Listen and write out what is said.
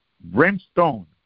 Brimstone